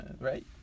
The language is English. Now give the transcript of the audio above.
right